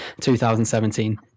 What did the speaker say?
2017